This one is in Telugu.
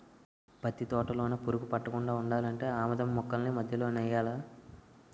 పత్తి తోటలోన పురుగు పట్టకుండా ఉండాలంటే ఆమదం మొక్కల్ని మధ్యలో నెయ్యాలా